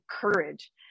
courage